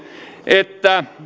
että